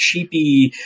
Cheapy